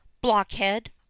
blockhead